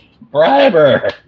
briber